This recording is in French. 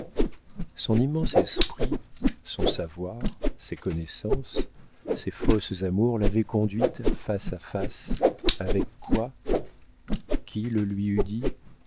son immense esprit son savoir ses connaissances ses fausses amours l'avaient conduite face à face avec quoi qui le lui eût dit